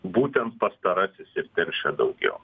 būtent pastarasis ir teršia daugiau